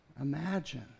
Imagine